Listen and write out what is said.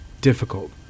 difficult